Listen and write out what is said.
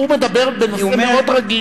הוא מדבר בנושא מאוד רגיש.